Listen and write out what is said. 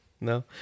no